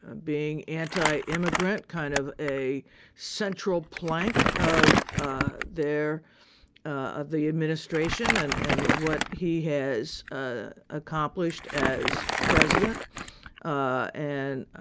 being anti-immigrant kind of a central plank of ah their of the administration and and what he has ah accomplished as president ah and,